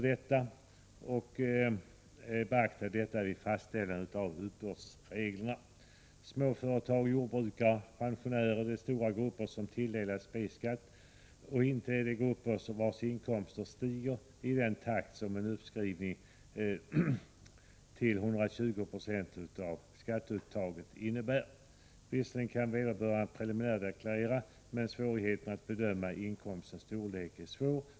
Detta borde beaktas vid fastställandet av uppbördsreglerna. Småföretagare, jordbrukare och pensionärer är stora grupper som tilldelas B-skatt. Det är inte grupper vars inkomster stiger i den takt som en uppskrivning till 120 90 av skatteuttaget — Nr 145 innebär. Visserligen kan vederbörande preliminärdeklarera, men svårighe å Onsdagen den ten att bedöma inkomstens storlek är betydande.